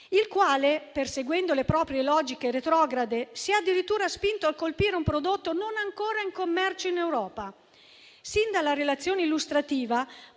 il quale, perseguendo le proprie logiche retrograde, si è addirittura spinto a colpire un prodotto non ancora in commercio in Europa. Sin dalla relazione illustrativa,